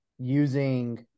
using